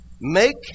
Make